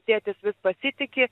tėtis vis pasitiki